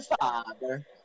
father